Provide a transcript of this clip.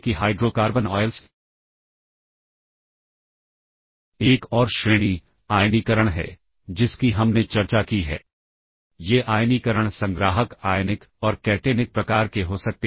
मेरे द्वारा दिया गया उदाहरण में मैंने सब रूटीन को अंत में दिखाया है लेकिन ऐसा जरूरी नहीं है